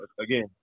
Again